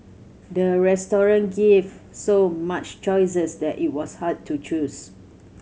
the restaurant gave so much choices that it was hard to choose